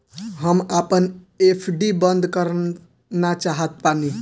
हम आपन एफ.डी बंद करना चाहत बानी